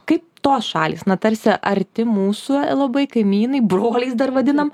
kaip tos šalys na tarsi arti mūsų labai kaimynai broliais dar vadinam